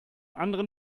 anderen